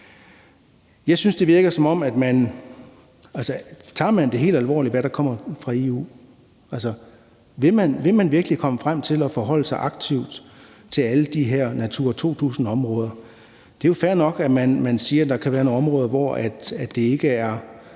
man tager det, der kommer fra EU, helt alvorligt. Altså, vil man virkelig komme frem til at forholde sig aktivt til alle de her Natura 2000-områder? Det er jo fair nok, at man siger, at der kan være nogle områder, hvor det ikke er